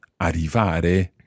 arrivare